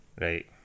Right